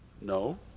No